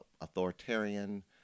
authoritarian